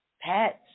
pets